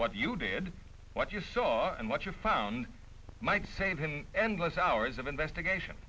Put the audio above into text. what you did what you saw and what you found might save him endless hours of investigation